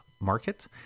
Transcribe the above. Market